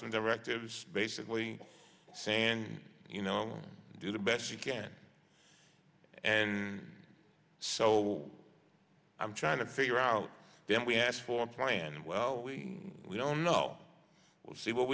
some directives basically saying you know do the best you can and so i'm trying to figure out then we ask for a plan well we don't know we'll see what